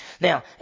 Now